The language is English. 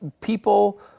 people